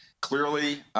Clearly